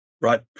right